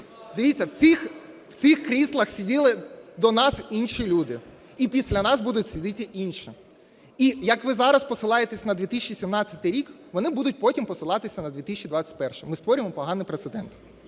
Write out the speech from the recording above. Дивіться, в цих кріслах сиділи до нас інші люди і після нас будуть сидіти інші. І як ви зараз посилаєтесь на 2017 рік, вони будуть потім посилатися на 2021-й. Ми створюємо поганий прецедент.